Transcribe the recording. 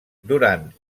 durant